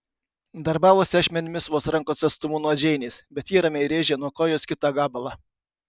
darbavosi ašmenimis vos rankos atstumu nuo džeinės bet ji ramiai rėžė nuo kojos kitą gabalą